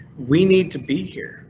we need to be here.